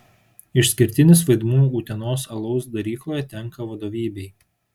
išskirtinis vaidmuo utenos alaus darykloje tenka vadovybei